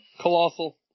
Colossal